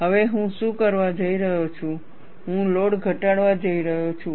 હવે હું શું કરવા જઈ રહ્યો છું હું લોડ ઘટાડવા જઈ રહ્યો છું